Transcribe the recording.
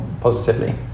positively